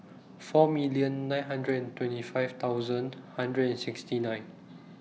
four million nine hundred and twenty five thousand one hundred and sixty nine